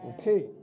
Okay